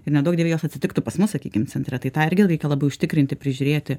ir neduok dieve jos atsitiktų pas mus sakykim centre tai tą irgi reikia labai užtikrinti prižiūrėti